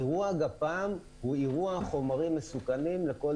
אירוע גפ"מ הוא אירוע חומרים מסוכנים לכל